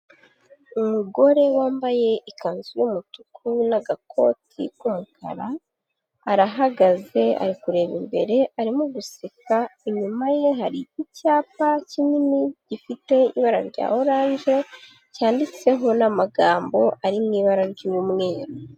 Umugore wambaye ikanzu y'umutuku n'agakoti k'umukara arahagaze ari kureba imbere, arimo guseka, inyuma ye hari icyapa kinini gifite ibara rya orange, cyanditseho n'amagambo ari mu ibara ry'umweru.